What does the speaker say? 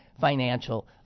financial